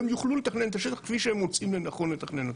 הם יוכלו לתכנן את השטח כפי שהם מוצאים לנכון לתכנן אותו.